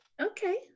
Okay